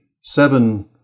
seven